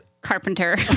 carpenter